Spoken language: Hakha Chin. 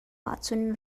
ahcun